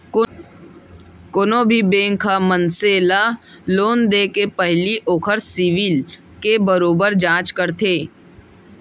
कोनो भी बेंक ह मनसे ल लोन देके पहिली ओखर सिविल के बरोबर जांच करथे